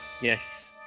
Yes